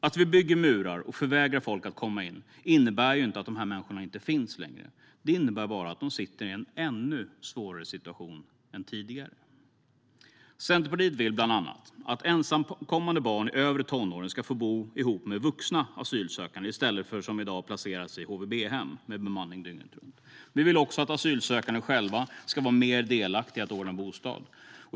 Att vi bygger murar och förvägrar folk att komma in innebär inte att de här människorna inte finns längre. Det innebär bara att de har en ännu svårare situation än tidigare. Centerpartiet vill bland annat att ensamkommande barn i övre tonåren ska få bo ihop med vuxna asylsökande, i stället för att som i dag placeras i HVB-hem som har bemanning dygnet runt. Vi vill också att asylsökande själva ska vara mer delaktiga när det gäller att ordna bostad.